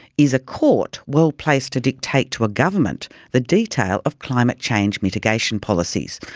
is a court well placed to dictate to a government the detail of climate change mitigation policies?